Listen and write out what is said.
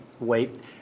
wait